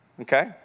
okay